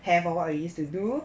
have what we used to do